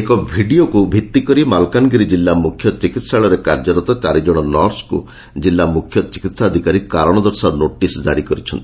ଏକ ଭିଡ଼ିଓକୁ ଭିଡ଼ି କରି ମାଲକାନଗିରି ଜିଲ୍ଲା ମୁଖ୍ୟ ଚିକିହାଳୟରେ କାର୍ଯ୍ୟରତ ଚାରି ଜଣ ନର୍ସକୁ କିଲ୍ଲା ମୁଖ୍ୟ ଚିକିହା ଅଧିକାରୀ କାରଶ ଦର୍ଶାଅ ନୋଟିସ୍ ଜାରି କରିଛନ୍ତି